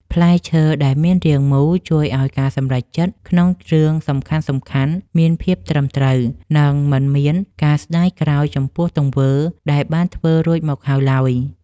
ផ្លែឈើដែលមានរាងមូលជួយឱ្យការសម្រេចចិត្តក្នុងរឿងសំខាន់ៗមានភាពត្រឹមត្រូវ និង មិនមានការស្ដាយក្រោយចំពោះទង្វើដែលបានធ្វើរួចមកហើយឡើយ។